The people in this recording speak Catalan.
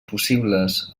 possibles